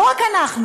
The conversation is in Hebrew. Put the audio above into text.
לא רק אנחנו,